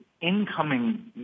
incoming